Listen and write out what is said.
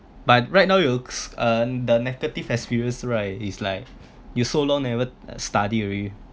but right now you uh the negative experience right is like you so long never study already